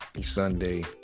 Sunday